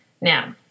Now